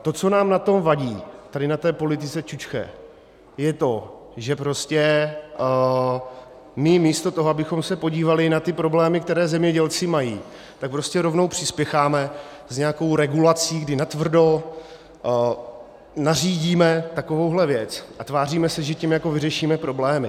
To, co nám na tom vadí tady na té politice čučche, je to, že my místo toho, abychom se podívali na problémy, které zemědělci mají, tak prostě rovnou přispěcháme s nějakou regulací, kdy natvrdo nařídíme takovouhle věc a tváříme se, že tím jako vyřešíme problémy.